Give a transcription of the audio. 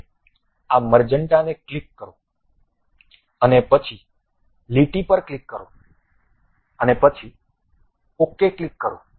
હવે આ મર્જંન્ટાને ક્લિક કરો અને પછી લીટી પર ક્લિક કરો અને પછી ok ક્લિક કરો